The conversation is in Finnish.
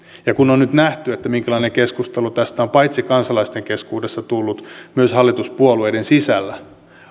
ja kun on nyt nähty minkälainen keskustelu tästä on tullut paitsi kansalaisten keskuudessa myös hallituspuolueiden sisällä